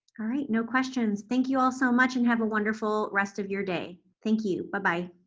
all right, no questions. thank you all so much, and have a wonderful rest of your day. thank you, but bye-'bye.